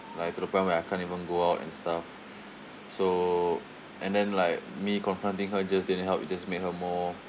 like to the point where I can't even go out and stuff so and then like me confronting her just didn't help it just made her more